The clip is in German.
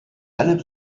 alle